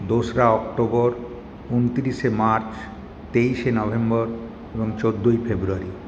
দোসরা অক্টোবর ঊনত্রিশে মার্চ তেইশে নভেম্বর এবং চোদ্দোই ফেব্রুয়ারি